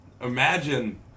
imagine